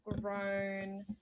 grown